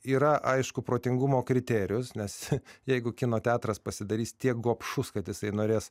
yra aišku protingumo kriterijus nes jeigu kino teatras pasidarys tiek gobšus kad jisai norės